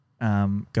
Go